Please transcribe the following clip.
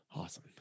Awesome